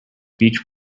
beech